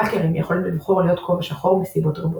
האקרים יכולים לבחור להיות כובע שחור מסיבות רבות.